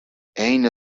عین